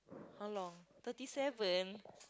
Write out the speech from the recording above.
thirty seven